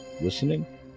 listening